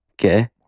Okay